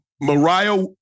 Mariah